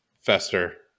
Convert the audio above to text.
Fester